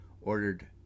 ordered